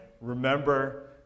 Remember